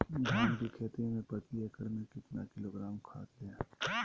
धान की खेती में प्रति एकड़ में कितना किलोग्राम खाद दे?